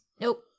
Nope